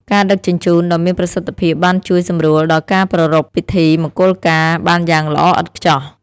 ការដឹកជញ្ជូនដ៏មានប្រសិទ្ធភាពបានជួយសម្រួលដល់ការប្រារព្ធពិធីមង្គលការបានយ៉ាងល្អឥតខ្ចោះ។